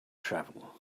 travel